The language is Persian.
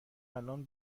الان